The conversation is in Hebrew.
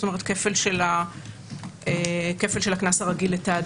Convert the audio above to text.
זאת אומרת, כפל של הקנס הרגיל לתאגיד.